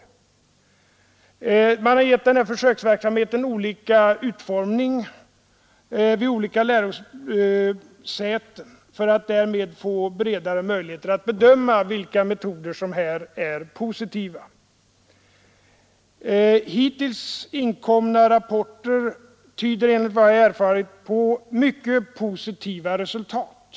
Man har givit denna försöksverksamhet olika utformning vid olika lärosäten för att därmed få bredare möjligheter att bedöma vilka metoder som är positiva. Hittills inkomna rapporter tyder enligt vad jag erfarit på mycket goda resultat.